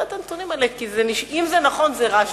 אם זה נכון, זה רע.